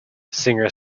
singer